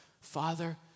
Father